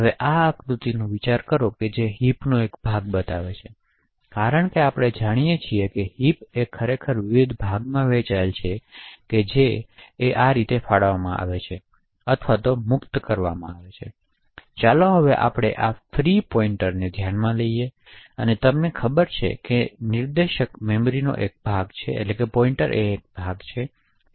તેથી આ આકૃતિનો વિચાર કરો જે હિપનો એક ભાગ બતાવે છે કારણ કે આપણે જાણીએ છીએ કે હિપ ખરેખર વિવિધ ભાગમાં વહેંચાયેલ છે જે કાં તો ફાળવવામાં આવે છે અથવા મુક્ત કરવામાં આવે છે ચાલો હવે આપણે આ ફ્રી નિર્દેશક નેધ્યાનમાં લઈએ જેથી તમને ખબર હોય કે નિર્દેશક મેમરીનો એક ભાગ હશે